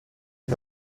les